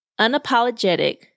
unapologetic